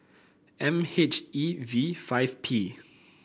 M H E V five P